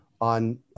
on